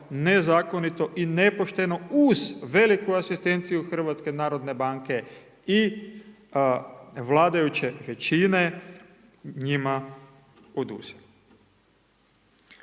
nezakonito i nepošteno uz veliku asistenciju HNB-a i vladajuće većine njima oduzeli.